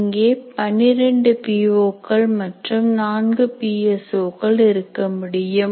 இங்கே 12 P O கள் மற்றும் 4 பி எஸ் ஓ கள் இருக்க முடியும்